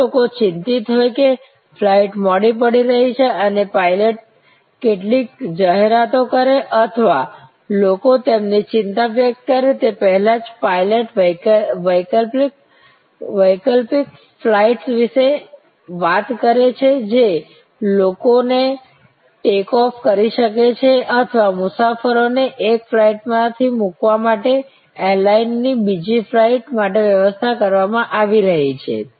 જો લોકો ચિંતિત હોય કે ફ્લાઇટ મોડી પડી રહી છે અને પાઇલટ કેટલીક જાહેરાત કરે અથવા લોકો તેમની ચિંતા વ્યક્ત કરે તે પહેલાં જ પાઇલટ વૈકલ્પિક ફ્લાઇટ્સ વિશે વાત કરે છે જે લોકો ટેક ઓફ કરી શકે છે અથવા મુસાફરોને એક ફ્લાઇટમાંથી મૂકવા માટે એરલાઇનની બીજી ફ્લાઇટ માટે વ્યવસ્થા કરવામાં આવી રહી છે